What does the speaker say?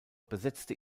besetzte